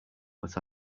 but